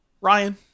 Ryan